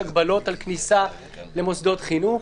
האם יש הגבלות על כניסה למוסדות חינוך?